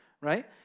Right